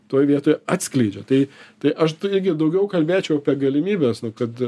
toj vietoj atskleidžia tai tai aš tai irgi daugiau kalbėčiau apie galimybes nu kad